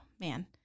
Man